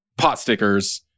Potstickers